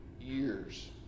years